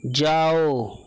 जाओ